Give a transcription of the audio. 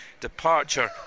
departure